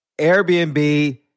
Airbnb